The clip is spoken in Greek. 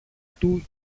του